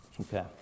Okay